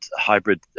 hybrid